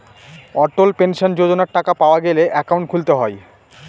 অটল pension যোজনার টাকা পাওয়া গেলে একাউন্ট খুলতে হয়